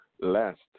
last